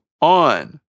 on